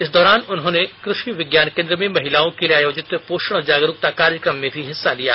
इस दौरान उन्होंने कृषि विज्ञान केंद्र में महिलाओं के लिए आयोजित पोषण जागरूकता कार्यक्रम में भी हिस्सा लिया